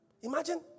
imagine